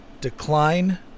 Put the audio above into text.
Decline